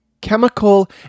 Chemical